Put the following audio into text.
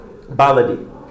Baladi